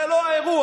זה לא האירוע.